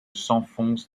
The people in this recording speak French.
s’enfonce